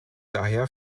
daher